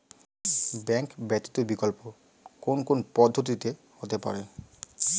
Bank ব্যতীত বিকল্প কোন কোন পদ্ধতিতে হতে পারে?